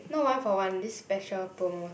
no one for one this special promo